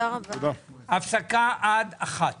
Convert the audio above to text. הישיבה ננעלה בשעה 12:44